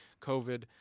covid